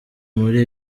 muri